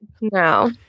No